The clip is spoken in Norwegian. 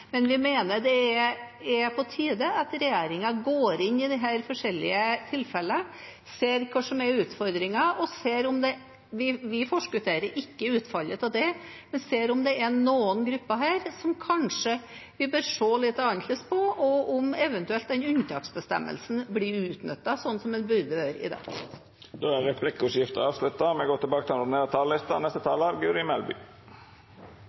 Men vi mener det er på tide at regjeringen går inn i disse forskjellige tilfellene, ser på hva som er utfordringen, ser på om det er – og vi forskutterer ikke utfallet av det – noen grupper her som vi kanskje bør se litt annerledes på, og eventuelt om den unntaksbestemmelsen i dag blir utnyttet sånn som den burde vært. Replikkordskiftet er avslutta. Muligheten til å forflytte seg over landegrenser er en helt grunnleggende liberal verdi. Innvandring stimulerer oss sosialt, kulturelt og